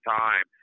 time